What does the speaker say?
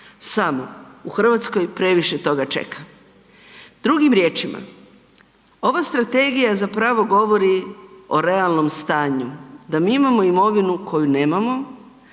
Samo u Hrvatskoj previše toga čeka. Drugim riječima, ova strategija zapravo govori o realnom stanju, da mi imamo imovinu koju nemamo,